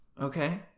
Okay